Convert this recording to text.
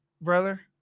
brother